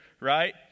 right